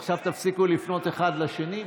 עכשיו תפסיקו לפנות אחד לשני,